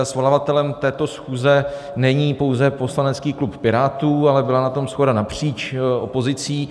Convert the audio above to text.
Svolavatelem této schůze není pouze poslanecký klub Pirátů, ale byla na tom shoda napříč opozicí.